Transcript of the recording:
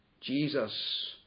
Jesus